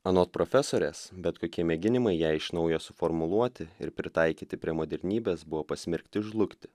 anot profesorės bet kokie mėginimai ją iš naujo suformuluoti ir pritaikyti prie modernybės buvo pasmerkti žlugti